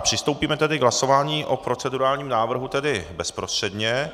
Přistoupíme tedy k hlasování o procedurálním návrhu bezprostředně.